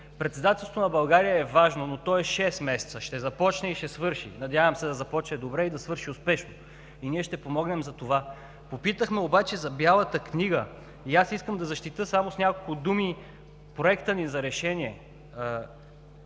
Председателството на България е важно, но то е шест месеца – ще започне и ще свърши. Надявам се да започне добре и да свърши успешно, и ние ще помогнем за това. Попитахме обаче за Бялата книга и аз искам да защитя само с няколко думи Проекта ни за решение.